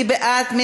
מי בעד?